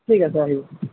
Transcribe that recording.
ঠিক আছে আহিব